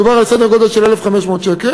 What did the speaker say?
מדובר על סדר גודל של 1,500 שקלים.